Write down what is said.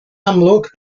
amlwg